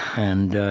and